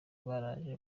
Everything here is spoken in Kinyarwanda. baraje